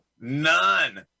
none